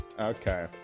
Okay